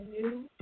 new